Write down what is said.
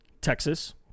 Texas